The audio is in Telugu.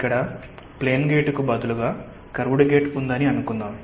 ఇక్కడ ప్లేన్ గేటుకు బదులుగా కర్వ్డ్ గేట్ ఉందని అనుకుందాం